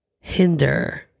hinder